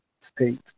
state